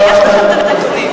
הרי יש לכם הנתונים.